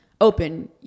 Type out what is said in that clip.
open